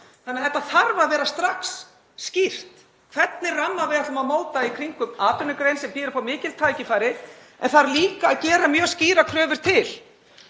dag. Það þarf að vera strax skýrt hvernig ramma við ætlum að móta í kringum atvinnugrein sem býður upp á mikil tækifæri en þarf líka að gera mjög skýrar kröfur til.